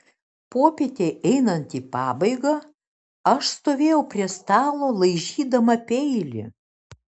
popietei einant į pabaigą aš stovėjau prie stalo laižydama peilį